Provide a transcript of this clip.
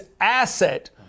asset